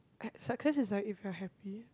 ha~ success is like if you are happy